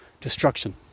destruction